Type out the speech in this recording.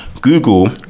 Google